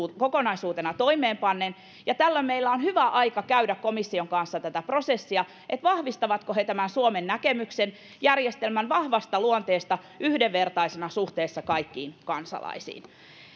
kokonaisuutena ja tällöin meillä on hyvää aikaa käydä komission kanssa tätä prosessia vahvistavatko he suomen näkemyksen järjestelmän vahvasta luonteesta yhdenvertaisena suhteessa kaikkiin kansalaisiin